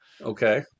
Okay